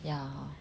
yeah